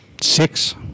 six